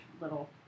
little